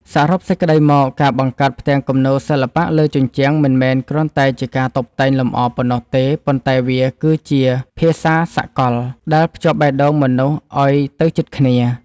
សរុបសេចក្ដីមក ការបង្កើតផ្ទាំងគំនូរសិល្បៈលើជញ្ជាំង មិនមែនគ្រាន់តែជាការតុបតែងលម្អប៉ុណ្ណោះទេ ប៉ុន្តែវាគឺជា ភាសាសកល ដែលភ្ជាប់បេះដូងមនុស្សឱ្យទៅជិតគ្នា។